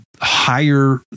higher